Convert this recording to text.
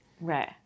Right